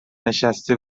نشسته